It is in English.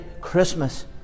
Christmas